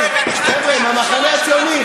חבר'ה מהמחנה הציוני,